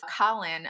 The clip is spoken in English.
Colin